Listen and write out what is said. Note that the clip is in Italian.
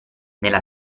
nella